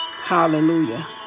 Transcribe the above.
Hallelujah